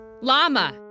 Llama